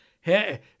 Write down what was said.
hey